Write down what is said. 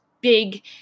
big